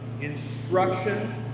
instruction